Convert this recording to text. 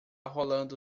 rolando